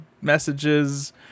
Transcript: messages